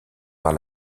par